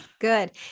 good